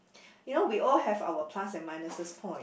you know we all have our plus and minuses point